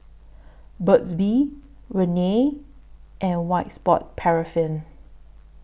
Burt's Bee Rene and White Sport Paraffin